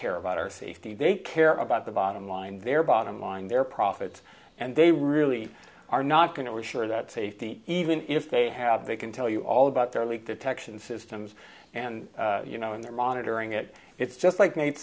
care about our safety they care about the bottom line their bottom line their profits and they really are not going to assure that safety even if they have they can tell you all about their leak detection systems and you know when they're monitoring it it's just like